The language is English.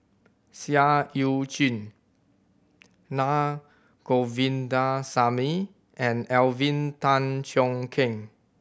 Seah Eu Chin Naa Govindasamy and Alvin Tan Cheong Kheng